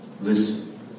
Listen